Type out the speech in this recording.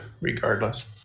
regardless